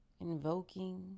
Invoking